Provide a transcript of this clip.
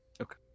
Okay